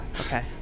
Okay